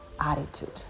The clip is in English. attitude